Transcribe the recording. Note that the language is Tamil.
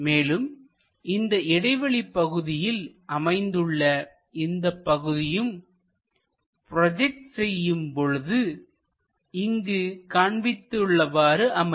மேலும் இந்த இடைவெளி பகுதியில் அமைந்துள்ள இந்தப் பகுதியும் ப்ரோஜெக்ட் செய்யும் பொழுது இங்கு காண்பித்து உள்ளவாறு அமையும்